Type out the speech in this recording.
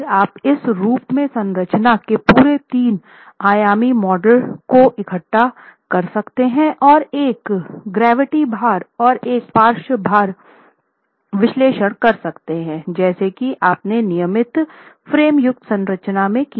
फिर आप इस रूप में संरचना के पूरे तीन आयामी मॉडल को इकट्ठा कर सकते हैं और एक गुरुत्वाकर्षण भार और एक पार्श्व भार विश्लेषण कर सकते हैं जैसा की आपने नियमित फ़्रेमयुक्त संरचना में किया